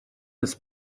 his